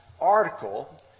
article